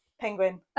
penguin